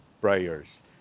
prayers